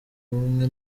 ubumwe